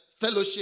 fellowship